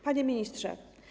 Panie Ministrze!